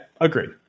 agreed